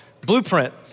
Blueprint